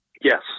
Yes